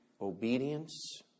obedience